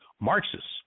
Marxists